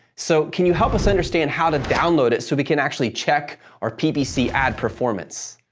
so, can you help us understand how to download it, so we can actually check our ppc ad performance?